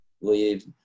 leave